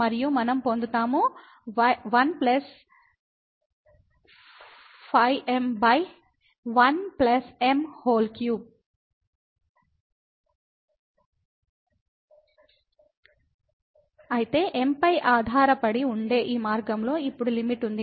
మరియు మనం పొందుతాము 15m1m3 కాబట్టి m పై ఆధారపడి ఉండే ఈ మార్గంలో ఇప్పుడు లిమిట్ ఉంది